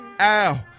Ow